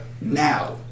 now